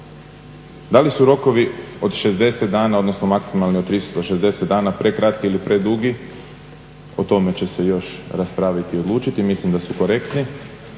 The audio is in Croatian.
Da li su rokovi od 60 dana odnosno maksimalni od 360 dana prekratki ili predugi o tome će se još raspraviti i odlučiti. Mislim da su korektni,